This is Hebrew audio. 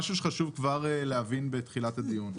משהו שחשוב כבר להבין בתחילת הדיון,